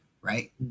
right